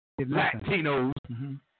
Latinos